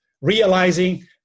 realizing